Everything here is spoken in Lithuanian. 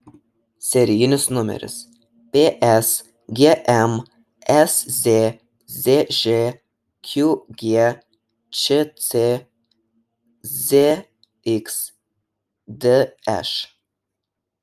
serijinis numeris psgm szzž qgčc zxdš